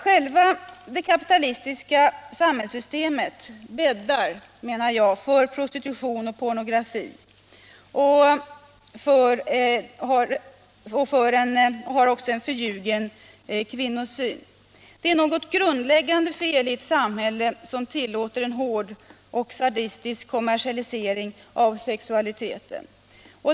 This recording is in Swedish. Själva det kapitalistiska samhällssystemet bäddar, menar jag, för prostitution och pornografi, och det står för en förljugen kvinnosyn. Det finns ett grundläggande fel i ett samhälle som tillåter en hård och sadistisk kommersialisering av sexualiteten.